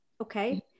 Okay